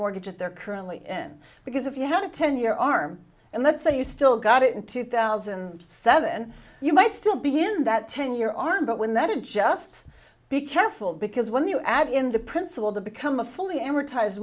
mortgage they're currently in because if you had a ten year arm and let's say you still got it in two thousand and seven you might still be in that ten year arm but when that adjusts be careful because when you add in the principal to become a fully a